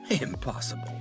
Impossible